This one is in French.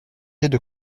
changé